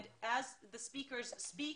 הדוברים ידברו,